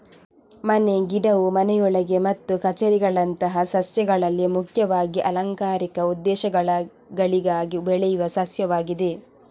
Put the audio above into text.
ಮನೆ ಗಿಡವು ಮನೆಯೊಳಗೆ ಮತ್ತು ಕಛೇರಿಗಳಂತಹ ಸ್ಥಳಗಳಲ್ಲಿ ಮುಖ್ಯವಾಗಿ ಅಲಂಕಾರಿಕ ಉದ್ದೇಶಗಳಿಗಾಗಿ ಬೆಳೆಯುವ ಸಸ್ಯವಾಗಿದೆ